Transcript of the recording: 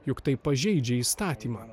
juk tai pažeidžia įstatymą